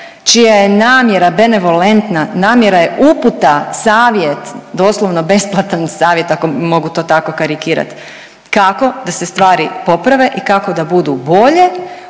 čija je namjera benevolentna, namjera je uputa, savjet doslovno besplatan savjet ako to mogu to tako karikiram, kako da se stvari poprave i kako da budu bolje